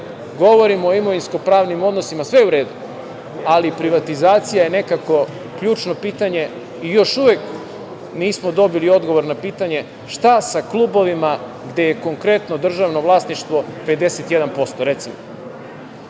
Govorim o imovinsko-pravnim odnosima, sve je u redu, ali privatizacija je nekako ključno pitanje i još uvek nismo dobili odgovor na pitanje šta sa klubovima gde je konkretno državno vlasništvo 51%, recimo.